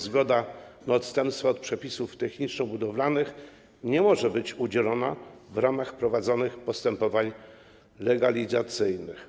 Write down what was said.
Zgoda na odstępstwa od przepisów techniczno-budowlanych nie może być udzielona w ramach prowadzonych postępowań legalizacyjnych.